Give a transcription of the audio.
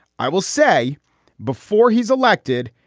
i will say before he is elected,